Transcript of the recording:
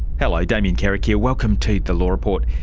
hello, damien carrick here, welcome to the law report.